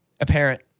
apparent